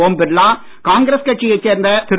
ஓம் பிர்லா காங்கிரஸ் கட்சியைச் சேர்ந்த திரு